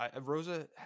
Rosa